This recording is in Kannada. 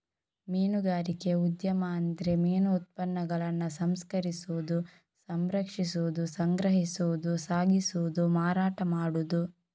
ಮೀನುಗಾರಿಕೆ ಉದ್ಯಮ ಅಂದ್ರೆ ಮೀನು ಉತ್ಪನ್ನಗಳನ್ನ ಸಂಸ್ಕರಿಸುದು, ಸಂರಕ್ಷಿಸುದು, ಸಂಗ್ರಹಿಸುದು, ಸಾಗಿಸುದು, ಮಾರಾಟ ಮಾಡುದು